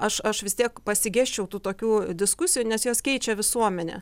aš aš vis tiek pasigesčiau tų tokių diskusijų nes jos keičia visuomenę